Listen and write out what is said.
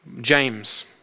James